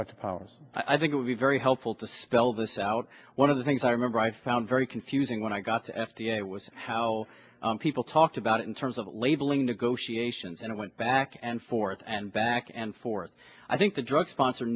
the powers i think it would be very helpful to spell this out one of the things i remember i found very confusing when i got to f d a was how people talked about it in terms of labeling negotiations and went back and forth and back and forth i think the drug sponsor